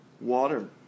water